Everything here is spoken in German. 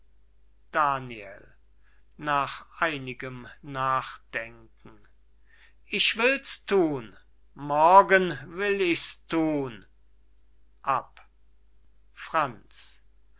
daniel nach einigem nachdenken ich will's thun morgen will ich's thun ab franz